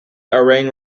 ariane